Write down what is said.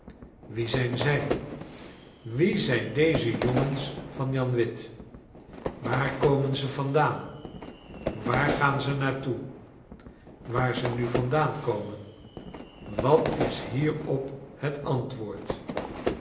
wie zijn zij wie zijn deze jongens van jan de wit waar komen ze vandaan waar gaan ze naar toe waar ze vandaan komen wat is hierop het antwoord